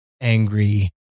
angry